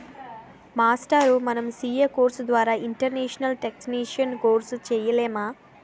మాస్టారూ మన CA course ద్వారా ఇంటర్నేషనల్ టేక్సేషన్ కోర్సు సేయలేమా